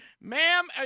Ma'am